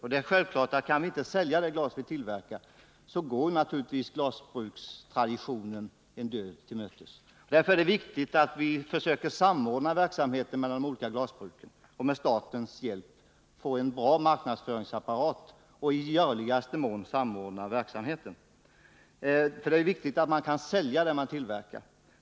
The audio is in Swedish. Men det är självklart att om vi inte kan sälja det glas vi tillverkar så går glasbrukstraditionen en död till mötes. Därför är det viktigt att försöka samordna verksamheten mellan de olika glasbruken och med statens hjälp få en bra marknadsföringsapparat — det är ju viktigt att man kan sälja det man tillverkar.